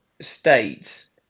states